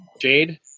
Jade